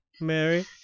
Mary